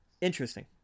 interesting